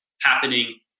happening